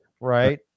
Right